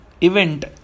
event